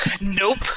Nope